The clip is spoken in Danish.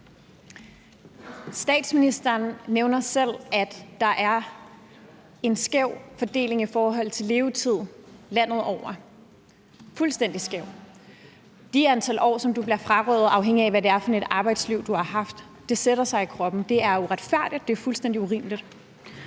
Statsministeren nævner selv, at der er en skæv fordeling i forhold til levetid landet over, fuldstændig skæv. De antal år, som du bliver frarøvet, afhængigt af hvad det er for et arbejdsliv, du har haft, sætter sig i kroppen. Det er uretfærdigt. Det er fuldstændig urimeligt.